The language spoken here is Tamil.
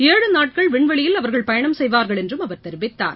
ஏழு நாட்கள் விண்வெளியில் அவர்கள் பயணம் செய்வார்கள் என்றும் அவர் தெரிவித்தார்